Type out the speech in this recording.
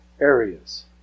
areas